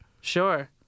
Sure